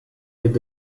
with